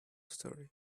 story